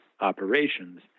operations